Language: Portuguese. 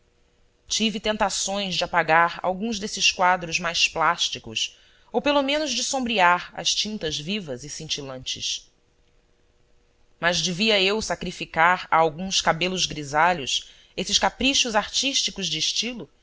tive tentações de apagar alguns desses quadros mais plás ti cos ou pelo menos de sombrear as tintas vivas e cintilantes mas devia eu sacrificar a alguns cabelos grisalhos esses caprichos artísticos de estilo